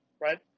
right